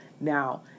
Now